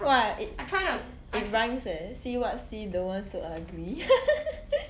!wah! it it rhymes eh see what see don't want so ugly